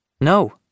No